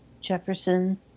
Jefferson